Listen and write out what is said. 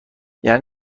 یعنی